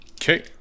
Okay